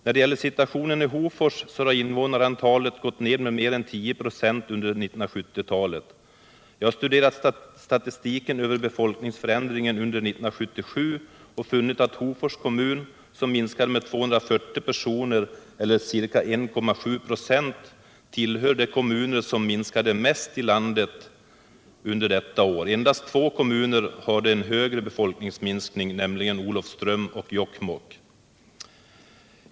När det gäller situationen i Hofors, så har invånarantalet gått ned med mer än 10 96 under 1970-talet. Jag har studerat statistiken över befolkningsförändringen under 1977 och funnit att Hofors kommun, som minskade med 240 personer eller ca 1,7 96, tillhör de kommuner som minskade mest i landet under detta år. Endast två kommuner hade en högre befolkningsminskning, nämligen Olofström och Jokkmokk.